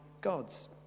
God's